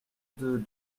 deux